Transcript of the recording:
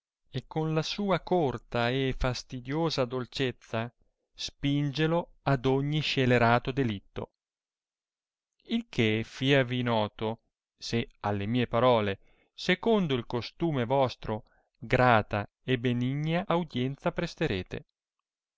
e con la sua corta e fastidiosa dolcezza spingelo ad ogni scelerato delitto il che flavi noto se alle mie parole secondo il costume vostro graia e benigna audienza prestarete